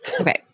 Okay